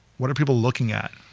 what are people looking at?